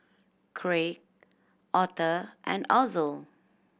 Craig Arthur and Ozell